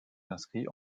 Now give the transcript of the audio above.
inscrits